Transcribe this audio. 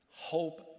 Hope